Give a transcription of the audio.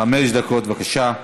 חמש דקות, בבקשה.